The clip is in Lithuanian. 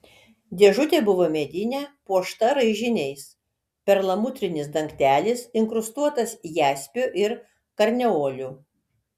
dėžutė buvo medinė puošta raižiniais perlamutrinis dangtelis inkrustuotas jaspiu ir karneoliu